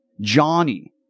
Johnny